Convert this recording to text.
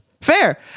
Fair